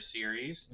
series